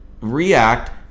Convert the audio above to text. react